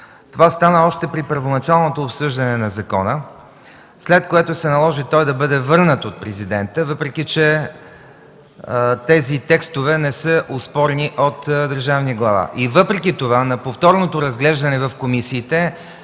Това стана още при първоначалното обсъждане на закона, след което се наложи той да бъде върнат от Президента, въпреки че тези текстове не са оспорени от държавния глава. Въпреки това на повторното разглеждане в комисиите